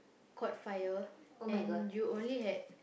caught fire and you only had